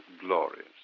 glorious